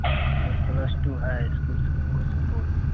plus two high school Sukhpur Supaul